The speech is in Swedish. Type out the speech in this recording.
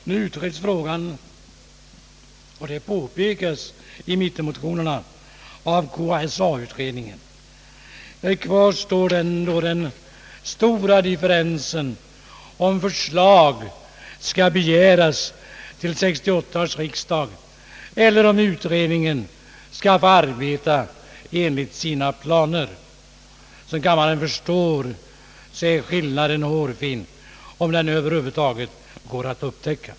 Frågan utreds — som även påpekas i mittenpartimotionerna — av KSA-utredningen. Kvar står den »stora» differensen om förslag skall begäras till 1968 års riksdag eller om utredningen skall få arbeta enligt sina planer. Som kammaren förstår är skillnaden hårfin, om den över huvud taget går att upptäcka.